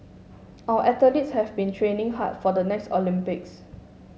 our athletes have been training hard for the next Olympics